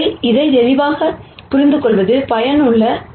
எனவே இதை தெளிவாக புரிந்துகொள்வது பயனுள்ளது